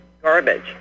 Garbage